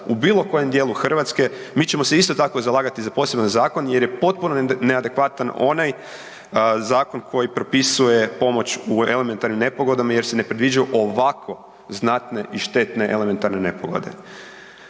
u bilo kojem dijelu Hrvatske, mi ćemo se isto tako zalagati za poseban zakon jer je potpuno neadekvatan onaj zakon koji propisuje pomoć u elementarnim nepogodama jer se ne predviđaju ovako znatne i štetne elementarne nepogode.